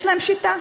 יש להם שיטה: